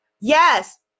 Yes